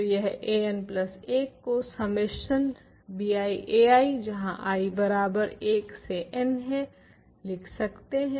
तो हम an plus 1 को सम्मेशन biai जहाँ i बराबर 1 से n है लिख सकते हैं